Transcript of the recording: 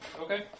Okay